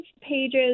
pages